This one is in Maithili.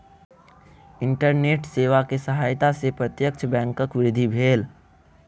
इंटरनेट सेवा के सहायता से प्रत्यक्ष बैंकक वृद्धि भेल